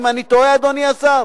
האם אני טועה, אדוני השר?